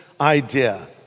idea